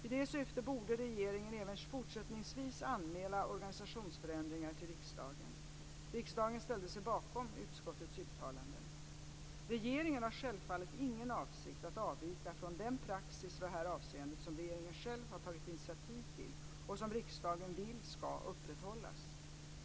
I detta syfte borde regeringen även fortsättningsvis anmäla organisationsförändringar till riksdagen. Riksdagen ställde sig bakom utskottets uttalanden. Regeringen har självfallet ingen avsikt att avvika från den praxis i detta avseende som regeringen själv har tagit initiativ till och som riksdagen vill ska upprätthållas.